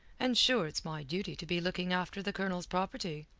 and sure it's my duty to be looking after the colonel's property.